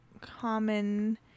Common